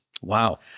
Wow